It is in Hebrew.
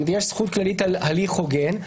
יש זכות כללית על הליך הוגן,